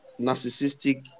narcissistic